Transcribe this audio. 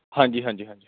ਹਾਂਜੀ ਹਾਂਜੀ ਹਾਂਜੀ ਹਾਂਜੀ